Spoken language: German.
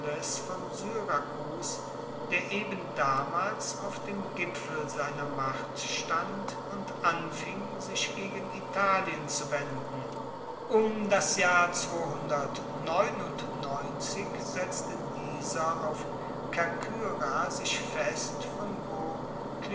von syrakus der eben damals auf dem gipfel seiner macht stand und anfing sich gegen italien zu wenden um das jahr setzte dieser auf kerkyra sich fest von wo